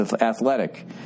athletic